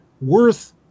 worth